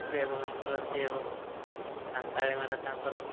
ବ୍ୟବହାର କରନ୍ତି ଏବଂ ସାନ୍ତାଳିମାନେ ତାଙ୍କର